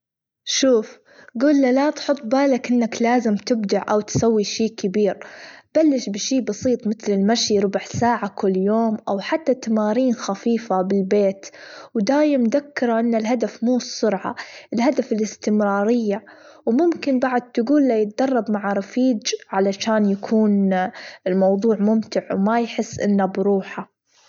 شوف جول لها لا تحط بالك أنك لازم تبدع، أو تسوي شي كبير بلش بشي بسيط متل المشي ربع ساعة كل يوم، أو حتى تمارين خفيفة بالبيت ودايم تدكر أن الهدف مو السرعة، الهدف الاستمرارية وممكن بعد تجوله يدرب مع رفيج علشان يكون الموضوع ممتع وما يحس أنه بروحه.